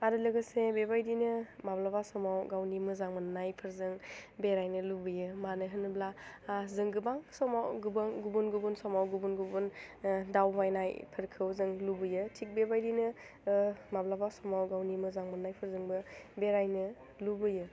आरो लोगोसे बेबायदिनो माब्लाबा समाव गावनि मोजां मोन्नायफोरजों बेरायनो लुबैयो मानो होनोब्ला जों गोबां समाव गोबां गुबुन गुबुन समाव गुबुन गुबन दावबायनायफोरखौ जों लुबैयो थिग बेबायदिनो माब्लाबा समाव गावनि मोजां मोन्नायफोरजोंबो बेरायनो लुबैयो